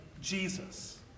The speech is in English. Jesus